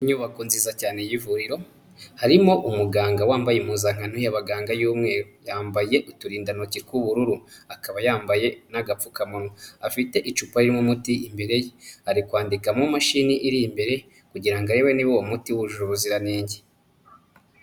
Inyubako nziza cyane y'ivuriro, harimo umuganga wambaye impuzankano y'abaganga y'umweru, yambaye uturindantoki tw'ubururu, akaba yambaye n'agapfukamunwa, afite icupa ry'umuti imbere ye, ari kwandika mu mashini iri imbere, kugira ngo arebe niba uwo muti wujuje ubuziranenge.